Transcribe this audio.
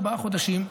ארבעה חודשים.